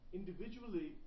individually